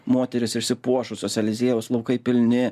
moterys išsipuošusios eliziejaus laukai pilni